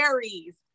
Aries